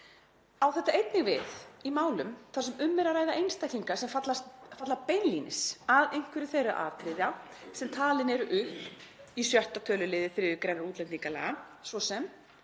Á þetta einnig við í málum þar sem um er að ræða einstaklinga sem falla beinlínis að einhverju þeirra atriða sem talin eru upp í 6. tölul. 3. gr. útlendingalaga, svo sem